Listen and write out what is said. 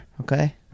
okay